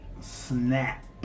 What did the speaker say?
snap